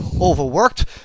overworked